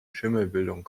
schimmelbildung